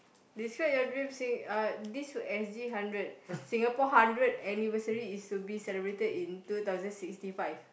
describe you dreams sing~ uh this for S_G-hundred Singapore hundred anniversary is to be celebrated in two thousand sixty five